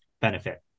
benefit